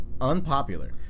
unpopular